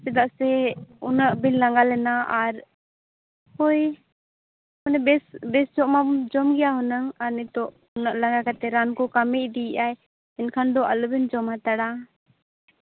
ᱪᱮᱫᱟᱜ ᱥᱮ ᱩᱱᱟᱹᱜ ᱵᱤᱱ ᱞᱟᱸᱜᱟ ᱞᱮᱱᱟ ᱟᱨ ᱦᱳᱭ ᱢᱟᱱᱮ ᱵᱮᱥ ᱵᱮᱥᱚᱜ ᱢᱟᱢ ᱡᱚᱢ ᱜᱮᱭᱟ ᱦᱩᱱᱟᱹᱝ ᱟᱨ ᱱᱤᱛᱳᱜ ᱩᱱᱟᱹᱜ ᱞᱟᱸᱜᱟ ᱠᱟᱛᱮᱫ ᱨᱟᱱ ᱠᱚ ᱠᱟᱹᱢᱤ ᱤᱫᱤᱭᱮᱫᱼᱟᱭ ᱮᱱᱠᱷᱟᱱ ᱫᱚ ᱟᱞᱚᱵᱤᱱ ᱡᱚᱢ ᱦᱟᱛᱟᱲᱟ